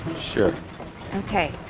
sure okay.